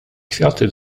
kwiaty